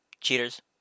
cheaters